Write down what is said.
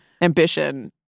ambition